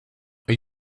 are